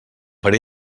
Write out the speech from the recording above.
per